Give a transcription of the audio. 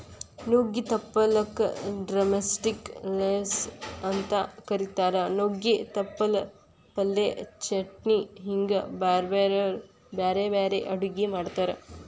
ನುಗ್ಗಿ ತಪ್ಪಲಕ drumstick leaves ಅಂತ ಕರೇತಾರ, ನುಗ್ಗೆ ತಪ್ಪಲ ಪಲ್ಯ, ಚಟ್ನಿ ಹಿಂಗ್ ಬ್ಯಾರ್ಬ್ಯಾರೇ ಅಡುಗಿ ಮಾಡ್ತಾರ